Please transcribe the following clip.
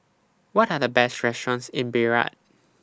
What Are The Best restaurants in Beirut